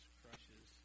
crushes